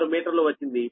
0406 మీటర్లు వచ్చింది